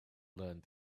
learned